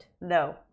no